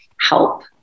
help